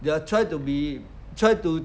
they will try to be try to